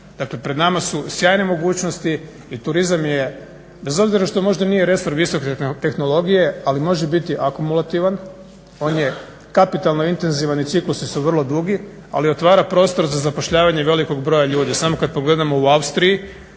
Dakle, pred nama su sjajne mogućnosti i turizam je, bez obzira što možda nije resor visoke tehnologije ali može biti akumulativan, on je kapitalno intenzivan i ciklusi su vrlo dugi, ali otvara prostor za zapošljavanje velikog broja ljudi. Samo kad pogledamo u Austriji